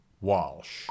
walsh